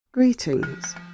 Greetings